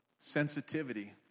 sensitivity